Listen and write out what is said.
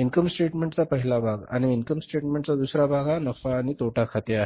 income स्टेटमेंट्सचा पहिला भाग आणि इन्कम स्टेटमेंटचा दुसरा भाग हा नफा आणि तोटा खाते आहे